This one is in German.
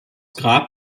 grab